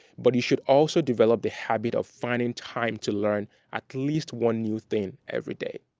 but you should also develop the habit of finding time to learn at least one new thing every day.